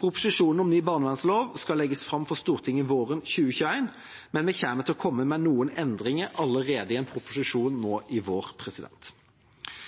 Proposisjonen om ny barnevernlov skal legges fram for Stortinget våren 2021, men vi kommer til å komme med noen endringer allerede i en proposisjon nå i vår.